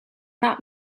that